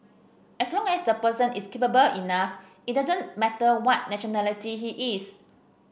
as long as the person is capable enough it doesn't matter what nationality he is